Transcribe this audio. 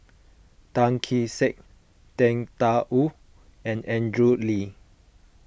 Tan Kee Sek Tang Da Wu and Andrew Lee